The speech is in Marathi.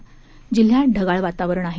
सध्या जिल्ह्यात ढगाळ वातावरण आहे